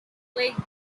lake